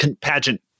pageant